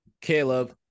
Caleb